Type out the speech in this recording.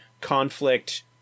conflict